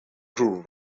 grew